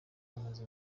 amaze